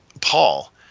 Paul